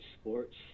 sports